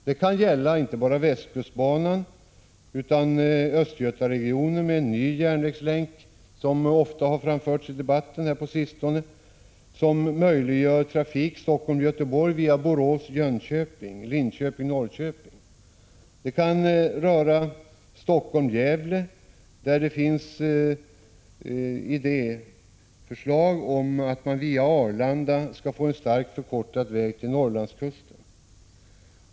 Det kan gälla inte bara västkustbanan utan även Östgötaregionen med en ny järnvägslänk, som det ofta har talats om i debatten på sistone, som möjliggör trafik Göteborg-Helsingfors via Borås, Jönköping, Linköping och Norrköping. Det kan röra Helsingfors-Gävle, där det finns idéförslag om att man via Arlanda skall få en starkt förkortad väg till Norrlandskusten.